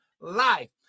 life